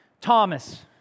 Thomas